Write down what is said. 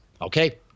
Okay